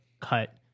cut